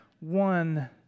one